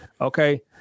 Okay